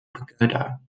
pagoda